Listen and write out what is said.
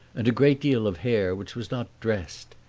and a great deal of hair which was not dressed,